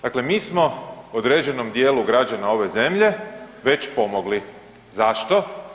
Dakle, mi smo određenom dijelu građana ove zemlje već pomogli, zašto?